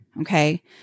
Okay